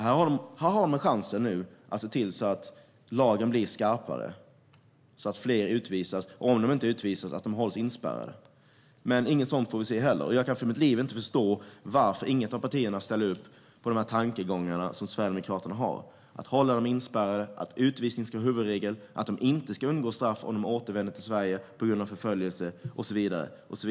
Här har man nu chansen att se till att lagen blir skarpare så att fler utvisas eller, om de inte utvisas, hålls inspärrade. Men inget sådant får vi se heller. Jag kan inte för mitt liv förstå varför inget av partierna ställer upp på de tankegångar Sverigedemokraterna har om att hålla dessa människor inspärrade, att utvisning ska vara huvudregel, att de inte ska undgå straff om de återvänder till Sverige på grund av förföljelse och så vidare.